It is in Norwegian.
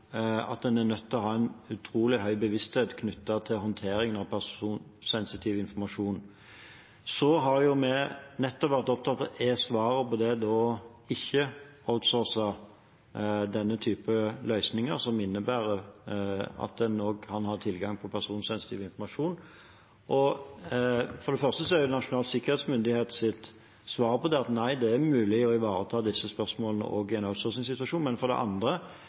at en er nødt til å ha en utrolig høy bevissthet knyttet til håndteringen av personsensitiv informasjon. Så har vi nettopp vært opptatt av om svaret på det er ikke å outsource denne type løsninger, som innebærer at en også kan ha tilgang på personsensitiv informasjon. For det første er Nasjonal sikkerhetsmyndighets svar på det: Nei, det er mulig å ivareta disse spørsmålene også i en outsourcing-situasjon. For det andre